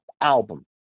album